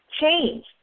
Change